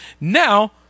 now